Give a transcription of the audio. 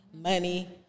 money